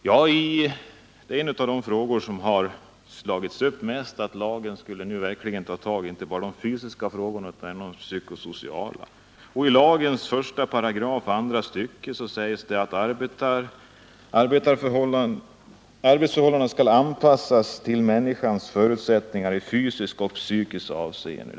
Detta är en av de frågor som har slagits upp mest. Lagen skulle nu verkligen ta tag om inte bara de fysiska frågorna utan även de psykosociala, sades det. Och i lagens 2 kap. 1 § andra stycket sägs: ” Arbetsförhållandena skall anpassas till människans förutsättningar i fysiskt och psykiskt avseende.